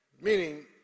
Meaning